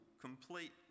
complete